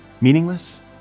Meaningless